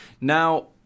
Now